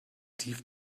tief